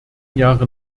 jahre